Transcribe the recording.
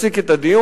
נפסיק את הדיון,